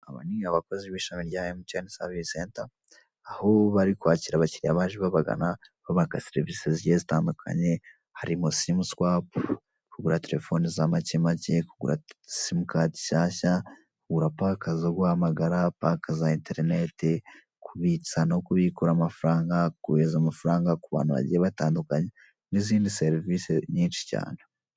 Aba ni abakozi ba emutiyeni savisi senta, aho bari kwakira abakiliya baje babagana babaka serivise zigiye zitandukanye, harimo simu suwapu, kugura telefone za make make, kugura simukadi nshyashya, kugura paka zo guhamagara, paka za enterinete, kubitsa no kubikura amafaranga, kohereza amafaranga ku bantu bagiye batandukanye n'izindi serivise nyinshi cyane.